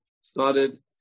started